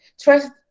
trust